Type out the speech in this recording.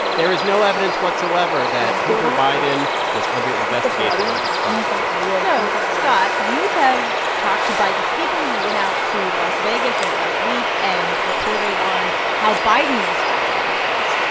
there is no evidence whatsoever that hunter biden was under investigation by this prosecutor so, scott, you have talked to biden's people. you went out to las vegas late last week and reported on how biden was dealing with this.